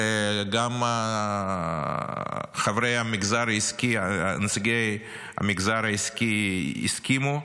וגם חברי המגזר העסקי, נציגי המגזר העסקי הסכימו,